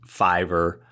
Fiverr